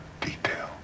detail